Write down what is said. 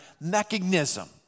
mechanism